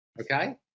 Okay